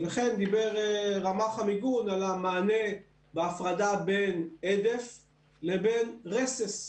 ולכן דיבר רמ"ח המיגון על המענה בהפרדה בין הדף לבין רסס.